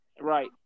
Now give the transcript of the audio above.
right